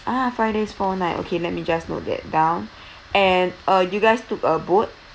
ah five days four night okay let me just note that down and uh you guys took a boat